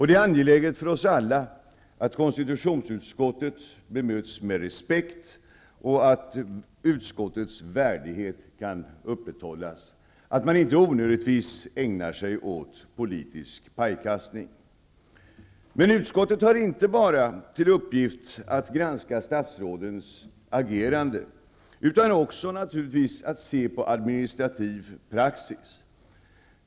Det är angeläget för oss alla att konstitutionsutskottet bemöts med respekt och att utskottets värdighet kan upprätthållas. Det är angeläget att man inte onödigtvis ägnar sig åt politisk pajkastning. Men utskottet har inte bara i uppgift att granska statsrådens agerande, utan det skall också naturligtvis se på administrativ praxis.